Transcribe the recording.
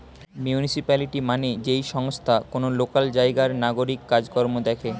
municipality মানে যেই সংস্থা কোন লোকাল জায়গার নাগরিক কাজ কর্ম দেখে